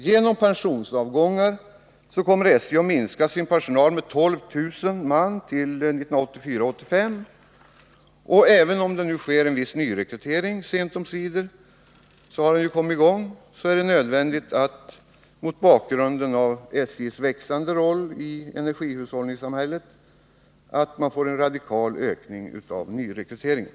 Genom pensionsavgångar kommer SJ att minska sin personal med 12 000 man till 1984/85. Även om en viss nyrekrytering sent omsider har kommit i gång är det nödvändigt, mot bakgrunden av SJ:s växande roll i energihushållningssamhället, att få en radikal ökning av nyrekryteringen.